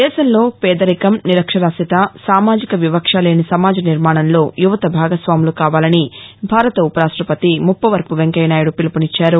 దేశంలో పేదరికం నిరక్షరాస్యత సామాజిక వివక్షలేని సమాజ నిర్మాణంలో యువత భాగస్వాములు కావాలని భారత ఉపరాష్టపతి ముప్పవరపు వెంకయ్యనాయుడు పిలుపునిచ్చారు